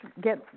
get